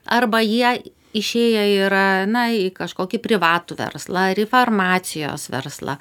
arba jie išėję yra na į kažkokį privatų verslą ir į farmacijos verslą